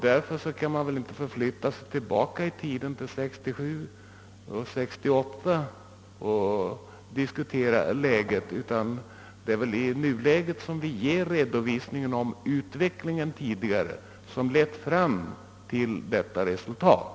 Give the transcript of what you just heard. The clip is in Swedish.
Man kan väl inte förflytta sig tillbaka i tiden till 1967 och 1968 utan det är väl i nuläget som vi redovisar den tidigare utveckling som lett fram till detta resultat.